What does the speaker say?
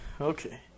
okay